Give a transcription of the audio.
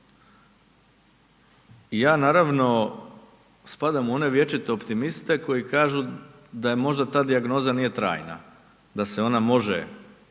Ja naravno spadam u one vječite optimiste koji kažu da možda ta dijagnoza nije trajna, da se ona može